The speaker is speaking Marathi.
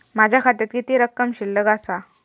माझ्या खात्यात किती रक्कम शिल्लक आसा?